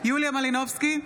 יוליה מלינובסקי,